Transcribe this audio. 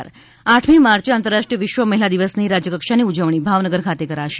વિશ્વ મહિલા દિવસ આઠમી માર્ચે આંતરરાષ્ટ્રીવય વિશ્વ મહિલા દિવસની રાજ્યકક્ષાની ઉજવણી ભાવનગર ખાતે કરાશે